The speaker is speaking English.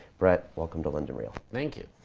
brett, welcome to london real. thank you.